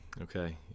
okay